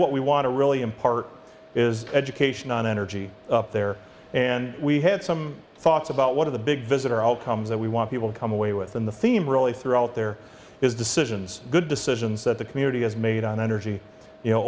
what we want to really impart is education on energy up there and we had some thoughts about one of the big visitor outcomes that we want people to come away with in the theme really throughout their is decisions good decisions that the community has made on energy you know